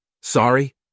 Sorry